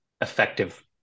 effective